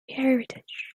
heritage